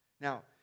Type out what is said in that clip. now